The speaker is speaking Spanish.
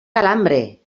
calambre